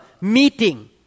meeting